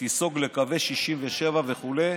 תיסוג לקווי 67' וכו'.